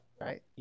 right